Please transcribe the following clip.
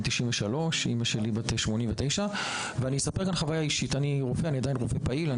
93 ואימא שלי בת 89. אני עדיין רופא פעיל,